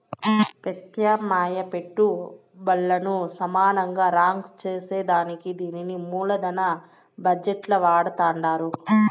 పెత్యామ్నాయ పెట్టుబల్లను సమానంగా రాంక్ సేసేదానికే దీన్ని మూలదన బజెట్ ల వాడతండారు